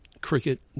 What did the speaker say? cricket